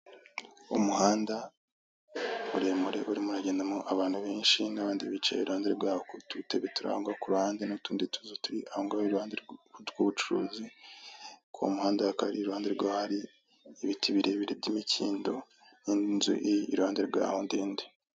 Umuhanda muremure urimo uragendamo abantu benshi, n'abandi bicaye iruhande rwawo ku dutebe turi aho ngaho ku ruhande. Kuri uwo muhanda, ku ruhande hakaba hari ibiti birebire by'imyikindo ndetse hari n'inzu iruhande rwawo, ndende.